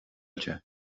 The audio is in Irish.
bhfuil